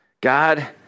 God